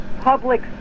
public